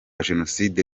jenoside